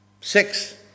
Six